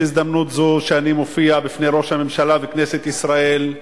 בהזדמנות זו שאני מופיע בפני ראש הממשלה בכנסת ישראל,